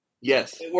Yes